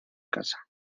casa